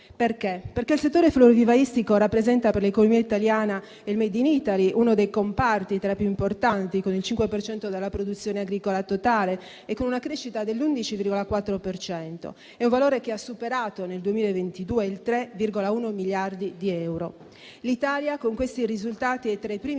farlo, perché il settore florovivaistico rappresenta per l'economia italiana e il *made in Italy* uno dei comparti tra più importanti, con il 5 per cento della produzione agricola totale e con una crescita dell'11,4 per cento. È un valore che ha superato, nel 2022, i 3,1 miliardi di euro. L'Italia, con questi risultati, è tra i primi